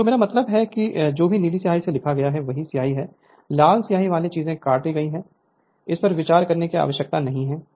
तो मेरा मतलब है कि जो भी नीली स्याही से लिखा है वह सही है लाल स्याही वाली चीजें काटी गई है इस पर विचार करने की आवश्यकता नहीं है